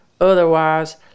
Otherwise